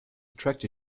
attract